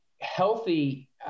healthy